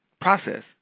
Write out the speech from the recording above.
process